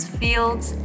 fields